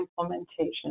implementation